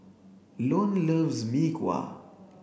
loves Mee Kuah